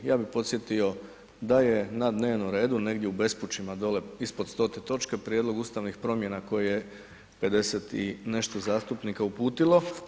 Ja bih podsjetio da je na dnevnom redu negdje u bespućima dole ispod 100 točke prijedlog ustavnih promjena koje 50 i nešto zastupnika uputilo.